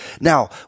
Now